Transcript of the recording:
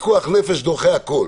פיקוח נפש דוחה הכול